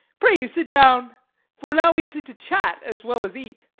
pray you, sit down for now we sit to chat as well as eat.